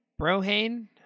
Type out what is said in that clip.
Brohane